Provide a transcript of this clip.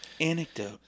Anecdote